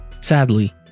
Sadly